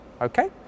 Okay